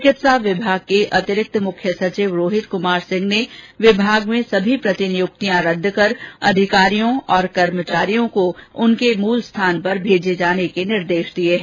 चिकित्सा विभाग के अतिरिक्त मुख्य सचिव रोहित कुमार सिंह ने विभाग में सभी प्रतिनियुक्तियां रद्द कर अधिकारियों और कर्मचारियों को मूल स्थान पर भेजे जाने के निर्देश दिए हैं